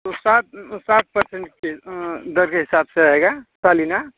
तो सात सात परसेंट के दर के हिसाब से रहेगा सालाना